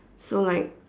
so like